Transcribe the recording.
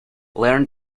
learn